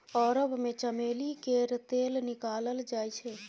अरब मे चमेली केर तेल निकालल जाइ छै